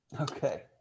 Okay